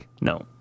No